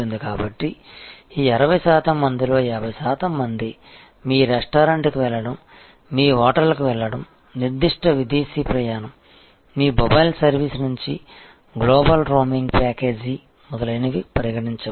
కాబట్టి ఈ 60 శాతం మందిలో 50 శాతం మంది మీ రెస్టారెంట్కు వెళ్లడం మీ హోటల్కు వెళ్లడం నిర్దిష్ట విదేశీ ప్రయాణం మీ మొబైల్ సర్వీస్ నుంచి గ్లోబల్ రోమింగ్ ప్యాకేజీ మొదలైనవి పరిగణించవచ్చు